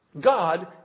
God